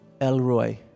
Elroy